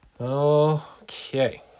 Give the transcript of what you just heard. Okay